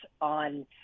on